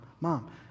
mom